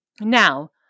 Now